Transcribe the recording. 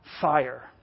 fire